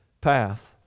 path